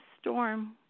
storm